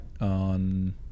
On